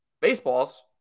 baseballs